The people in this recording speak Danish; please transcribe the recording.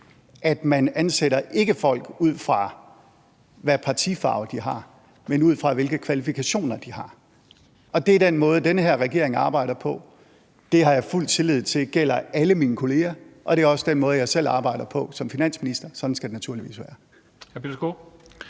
at man ikke ansætter folk, ud fra hvilken partifarve de har, men ud fra hvilke kvalifikationer de har. Det er den måde, den her regering arbejder på, det har jeg fuld tillid til gælder alle mine kolleger, og det er også den måde, jeg selv arbejder på som finansminister. Sådan skal det naturligvis være.